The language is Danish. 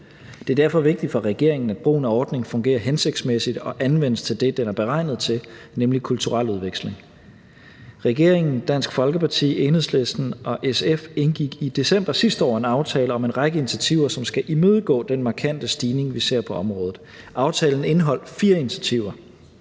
Det er derfor vigtigt for regeringen, at brugen af ordningen fungerer hensigtsmæssigt og anvendes til det, den er beregnet til, nemlig kulturel udveksling. Regeringen, Dansk Folkeparti, Enhedslisten og SF indgik i december sidste år en aftale om en række initiativer, som skal imødegå den markante stigning, vi ser på området. Aftalen indeholdt fire initiativer.